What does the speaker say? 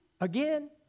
again